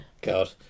God